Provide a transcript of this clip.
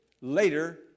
later